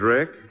Rick